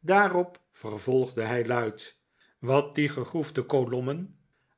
daarop vervolgde hij luid wat die gegroefde kolommen